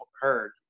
heard